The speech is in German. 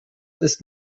ist